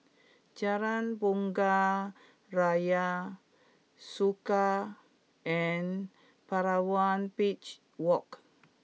Jalan Bunga Raya Soka and Palawan Beach Walk